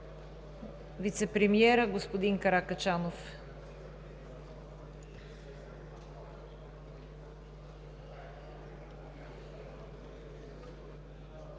вицепремиерът господин Каракачанов.